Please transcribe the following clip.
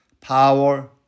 power